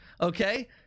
Okay